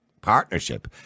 partnership